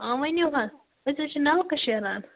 آ ؤنِو حظ أسۍ حظ چھِ نَلکہٕ شیران